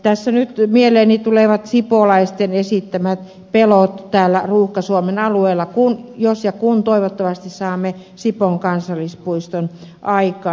tässä nyt mieleeni tulevat sipoolaisten esittämät pelot täällä ruuhka suomen alueella jos ja kun toivottavasti saamme sipoon kansallispuiston aikaan